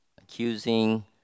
accusing